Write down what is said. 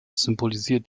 symbolisiert